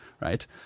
right